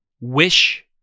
wish